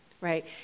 Right